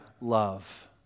love